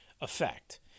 effect